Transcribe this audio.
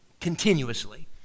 Continuously